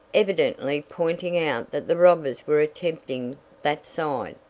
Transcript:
evidently pointing out that the robbers were attempting that side.